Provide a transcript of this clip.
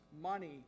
money